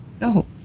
no